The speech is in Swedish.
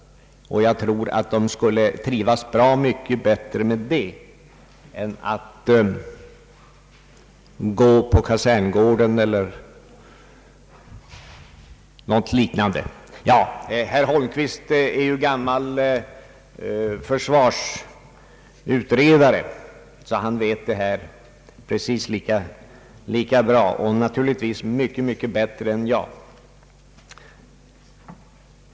Jag tror att de skulle trivas mycket bättre med det än med att gå på en kaserngård eller något liknande. Herr Holmqvist är ju en gammal försvarsutredare och känner naturligtvis till detta mycket bättre än jag.